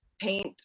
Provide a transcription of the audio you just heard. Paint